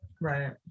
right